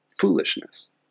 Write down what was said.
foolishness